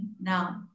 now